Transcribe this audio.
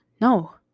No